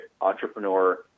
entrepreneur